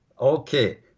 Okay